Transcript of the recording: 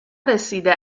رسیده